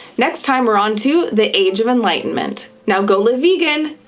next time we're on to the age of enlightenment! now go live vegan,